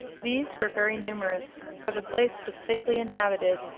these were very numerous, for the place was thickly inhabited,